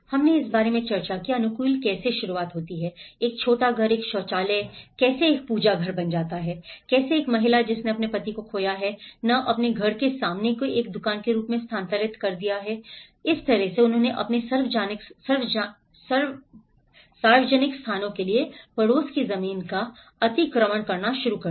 हमने इस बारे में चर्चा की कि अनुकूलन कैसे शुरू होता है एक छोटा घर एक शौचालय कैसे एक पूजा बन जाता है क्षेत्र कैसे एक महिला जिसने अपने पति को खो दिया है ने अपने घर के सामने को एक दुकान के रूप में स्थानांतरित कर दिया है इस तरह से उन्होंने अपने सार्वजनिक स्थानों के लिए पड़ोस की जमीन का अतिक्रमण करना शुरू कर दिया